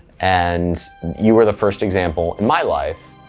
and you are the first example in my life,